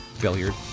Billiard